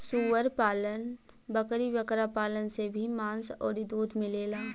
सूअर पालन, बकरी बकरा पालन से भी मांस अउरी दूध मिलेला